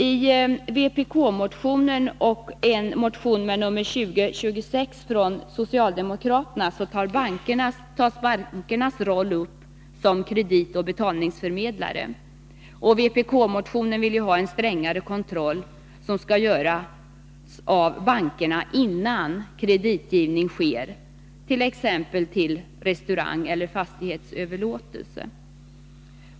I vpk-motionen nr 1608 och socialdemokraternas motion nr 2026 tas upp bankernas roll som kreditoch betalningsförmedlare. I vpk-motionen vill man att en strängare kontroll av bankerna skall göras innan kreditgivning sker, t.ex. till restaurangeller fastighetsöverlåtelse.